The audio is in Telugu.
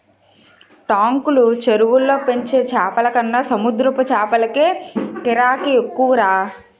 టాంకులు, చెరువుల్లో పెంచే చేపలకన్న సముద్రపు చేపలకే గిరాకీ ఎక్కువరా